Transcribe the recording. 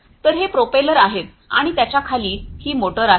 तर हे प्रोपेलर आहे आणि त्याच्या खाली ही मोटर आहे